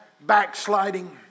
backsliding